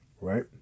right